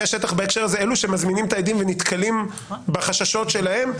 שמזמינים את העדים ונתקלים בחששות שלהם,